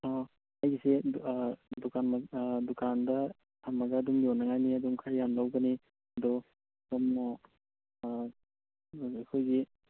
ꯑꯣ ꯑꯩꯒꯤꯁꯦ ꯗꯨꯀꯥꯟ ꯗꯨꯀꯥꯟꯗ ꯊꯝꯃꯒ ꯑꯗꯨꯝ ꯌꯣꯟꯅꯉꯥꯏꯅꯦ ꯑꯗꯨꯝ ꯈꯔ ꯌꯥꯝ ꯂꯧꯒꯅꯤ ꯑꯗꯣ ꯁꯣꯝꯅ ꯑꯩꯈꯣꯏꯒꯤ